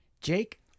Jake